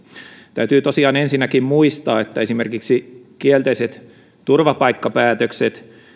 täytyy tosiaan ensinnäkin muistaa että esimerkiksi kielteiset turvapaikkapäätökset